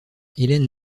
hélène